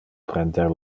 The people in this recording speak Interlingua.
prender